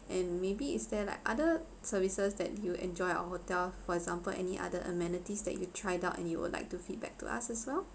and maybe is there like other services that you enjoy our hotel for example any other amenities that you tried out and you would like to feedback to us as well